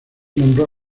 nombró